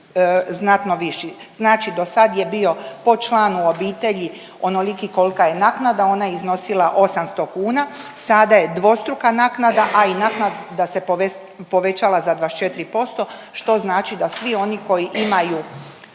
znatno viši, znači dosad je bio po članu obitelji onoliki kolka je naknada, ona je iznosila 800 kuna, sada je dvostruka naknada, a i naknada se povećala za 24%, što znači da svi oni koji imaju,